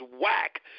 whack